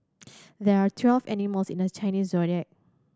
there are twelve animals in the Chinese Zodiac